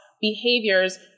behaviors